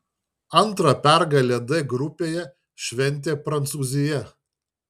antrą pergalę d grupėje šventė prancūzija